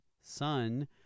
son